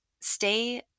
stay